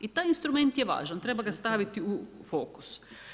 I taj instrument je važan, treba ga staviti u fokusu.